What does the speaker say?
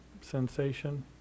sensation